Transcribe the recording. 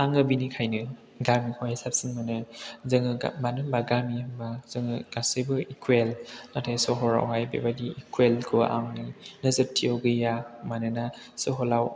आङो बेनिखायनो गामिखौहाय साबसिन मोनो मानो होनबा गामि होनबा जोङो गासैबो इकुवेल नाथाय सहरावहाय बेबायदि इकुवेल खौ आंनि नोजोरथिआव गैया मानोना सहराव